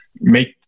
make